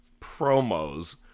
promos